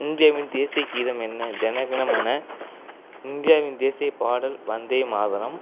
இந்தியாவின் தேசிய கீதம் என்ன ஜன கண மன இந்தியாவின் தேசியப் பாடல் வந்தே மாதரம்